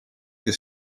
che